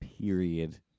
Period